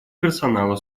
персонала